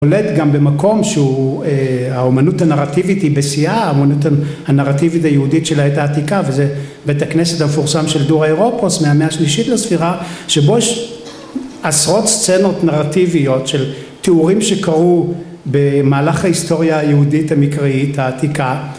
בולט גם במקום שהאומנות הנרטיבית ‫היא בשיאה, ‫האומנות הנרטיבית היהודית ‫של העת העתיקה, ‫וזה בית הכנסת המפורסם ‫של דור האירופוס מהמאה השלישית לספירה, ‫שבו יש עשרות סצנות נרטיביות ‫של תיאורים שקרו ‫במהלך ההיסטוריה היהודית ‫המקראית, העתיקה.